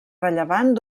rellevant